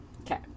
Okay